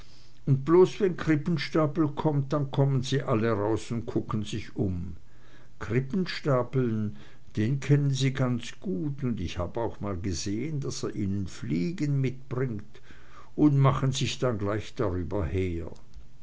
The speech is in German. und bloß wenn krippenstapel kommt dann kommen sie alle raus un kucken sich um krippenstapeln den kennen sie ganz gut und ich hab auch mal gesehn daß er ihnen fliegen mitbringt und machen sich dann gleich drüber her